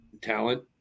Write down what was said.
talent